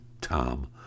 Tom